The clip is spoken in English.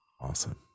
Awesome